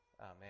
Amen